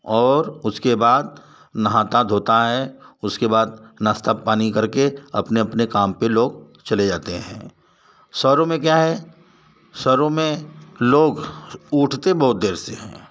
और उसके बाद नहाता धोता है उसके बाद नाश्ता पानी करके अपने अपने काम पे लोग चले जाते हैं शहरों में क्या है शहरों में लोग उठते बहुत देर से हैं